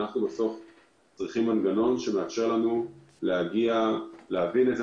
בסופו של דבר אנחנו צריכים מנגנון שמאפשר לנו להבין איזה